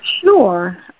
Sure